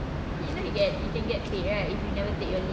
you know you get you can get paid right if you never take your leave